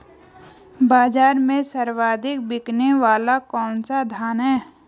बाज़ार में सर्वाधिक बिकने वाला कौनसा धान है?